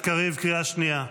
חבר הכנסת קריב, קריאה שנייה.